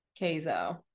Kazo